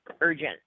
urgent